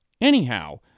Anyhow